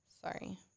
Sorry